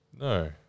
No